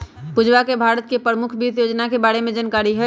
पूजा के भारत के परमुख वित योजना के बारे में जानकारी हई